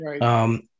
Right